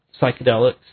psychedelics